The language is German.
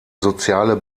soziale